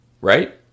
right